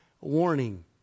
warning